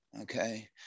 okay